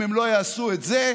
אם הם לא יעשו את זה,